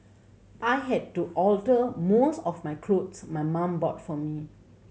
I had to alter most of my clothes my mum bought for me